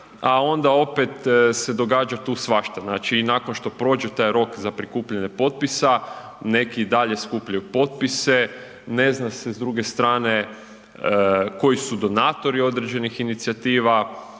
a onda opet se događa tu svašta, znači i nakon što prođe taj rok za prikupljanje potpisa, neki i dalje skupljaju potpise, ne zna se s druge strane koji su donatori određenih inicijativa,